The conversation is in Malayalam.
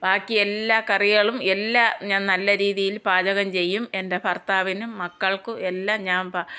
ബാക്കി എല്ലാ കറികളും എല്ലാം ഞാൻ നല്ല രീതിയിൽ പാചകം ചെയ്യും എൻ്റെ ഭർത്താവിനും മക്കൾക്കും എല്ലാം ഞാൻ